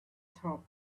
top